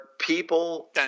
people